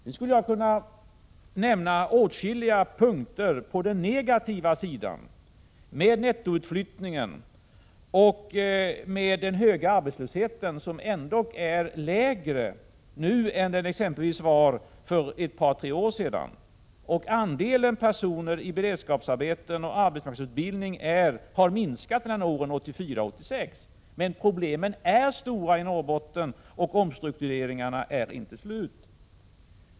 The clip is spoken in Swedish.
Jag skulle kunna nämna åtskilliga punkter på den negativa sidan, t.ex. nettoutflyttningen och den höga arbetslösheten, som ändå är lägre nu än den exempelvis var för ett par tre år sedan. Andelen personer i beredskapsarbeten och arbetsmarknadsutbildning har minskat mellan åren 1984 och 1986. Problemen är dock stora i Norrbotten, och omstruktureringarna är inte slut.